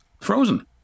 Frozen